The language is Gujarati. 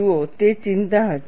જુઓ તે ચિંતા હતી